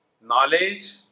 Knowledge